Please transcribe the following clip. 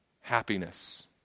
happiness